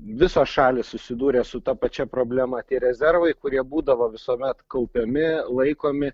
visos šalys susidūrė su ta pačia problema tie rezervai kurie būdavo visuomet kaupiami laikomi